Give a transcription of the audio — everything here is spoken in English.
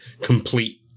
complete